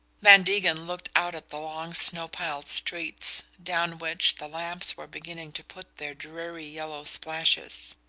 van degen looked out at the long snow-piled streets, down which the lamps were beginning to put their dreary yellow splashes.